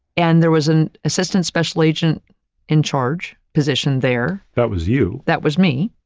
and there was an assistant special agent in charge position there. that was you. that was me,